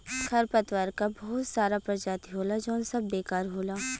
खरपतवार क बहुत सारा परजाती होला जौन सब बेकार होला